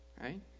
right